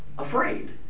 afraid